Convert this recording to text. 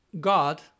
God